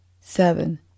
seven